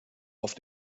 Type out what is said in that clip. auf